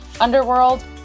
Underworld